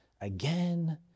again